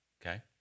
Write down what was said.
Okay